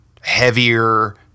heavier